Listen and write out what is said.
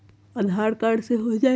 आधार card से हो जाइ?